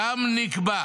שם נקבע